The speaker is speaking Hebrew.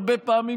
הרבה פעמים,